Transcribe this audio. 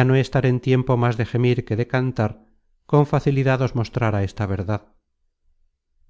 á no estar en tiempo más de gemir que de cantar con facilidad os mostrara esta verdad